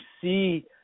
see